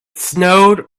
snowed